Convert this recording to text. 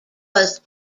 was